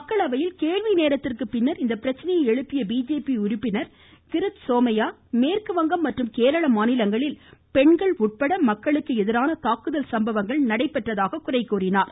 மக்களவையில் கேள்வி நேரத்திற்கு பின்னர் இப்பிரச்சனையை எழுப்பிய பிஜேபி உறுப்பினர் கிரித் சோமையா மேற்கு வங்கம் மற்றும் கேரள மாநிலங்களில் பெண்கள் உட்பட மக்களுக்கு எதிரான தாக்குதல் சம்பவங்கள் நடைபெறுவதாக குறை கூறினார்